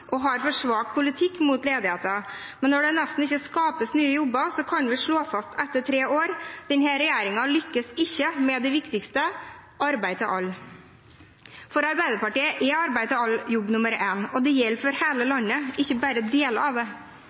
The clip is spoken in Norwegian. har en for svak politikk mot ledigheten, men når det nesten ikke skapes nye jobber, kan vi slå fast etter tre år at denne regjeringen lykkes ikke med det viktigste: arbeid til alle. For Arbeiderpartiet er arbeid til alle jobb nr. 1, og det gjelder for hele landet, ikke bare deler av det.